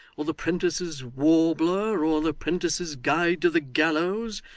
or the prentice's warbler, or the prentice's guide to the gallows,